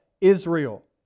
Israel